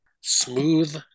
smooth